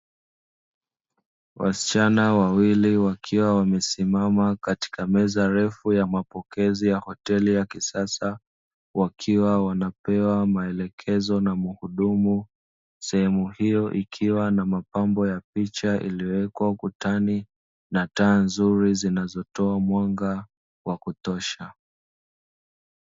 Wasichana wawili wakiwa wamesimama katika meza refu ya mapokezi ya hoteli ya kisasa, wakiwa wanapewa maelekezo na muhudumu. Sehemu iyo ikiwa na mapambo ya picha iliyowekwa ukutani na taa nzuri zinazotoa mwanga wa kutosha.